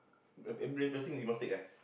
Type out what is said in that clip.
but if blessing you must take ah